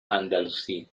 andalusí